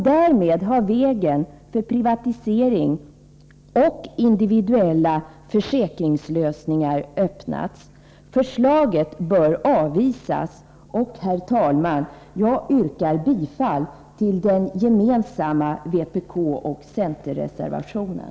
Därmed har vägen för privatisering och individuella försäkringslösningar öppnats. Förslaget bör avvisas. Herr talman! Jag yrkar bifall till den gemensamma vpkoch centerreservationen.